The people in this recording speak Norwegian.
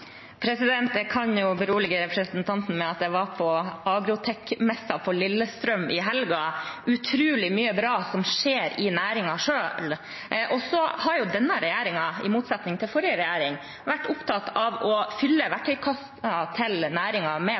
Jeg kan berolige representanten med at jeg var på Agroteknikk-messen på Lillestrøm i helgen. Utrolig mye bra skjer i næringen. Denne regjeringen har, i motsetning til forrige regjering, vært opptatt av å fylle verktøykassen til næringen med